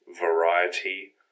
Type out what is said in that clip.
variety